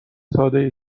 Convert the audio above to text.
سادهای